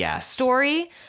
story